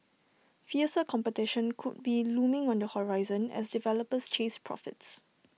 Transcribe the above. fiercer competition could be looming on the horizon as developers chase profits